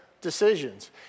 decisions